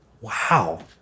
Wow